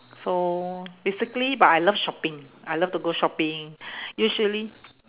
so basically but I love shopping I love to go shopping usually